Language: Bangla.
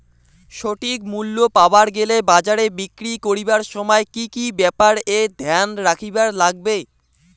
সঠিক মূল্য পাবার গেলে বাজারে বিক্রি করিবার সময় কি কি ব্যাপার এ ধ্যান রাখিবার লাগবে?